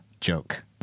joke